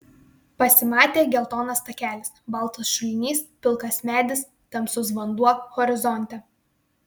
pasimatė geltonas takelis baltas šulinys pilkas medis tamsus vanduo horizonte